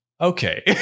okay